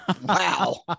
Wow